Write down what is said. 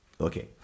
okay